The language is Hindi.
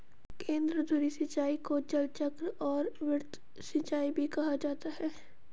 केंद्रधुरी सिंचाई को जलचक्र और वृत्त सिंचाई भी कहा जाता है